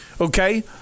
Okay